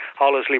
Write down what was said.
Hollisley